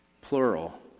plural